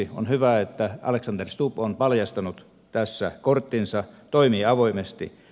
on hyvä että alexander stubb on paljastanut tässä korttinsa toimii avoimesti